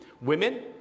Women